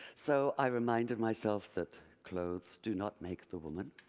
so i reminded myself that clothes do not make the woman,